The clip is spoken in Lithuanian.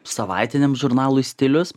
savaitiniam žurnalui stilius